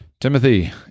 timothy